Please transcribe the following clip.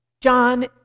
John